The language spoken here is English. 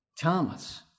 Thomas